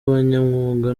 abanyamwuga